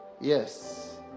yes